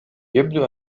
يبدو